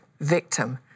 victim